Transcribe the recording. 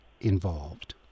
involved